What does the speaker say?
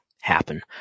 happen